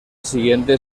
siguiente